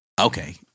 Okay